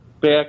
back